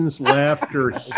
laughter